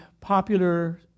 popular